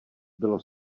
bylo